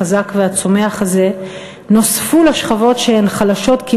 החזק והצומח הזה נוספו לשכבות שהן חלשות כי